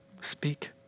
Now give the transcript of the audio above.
Speak